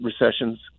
recession's